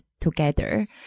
together